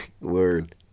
word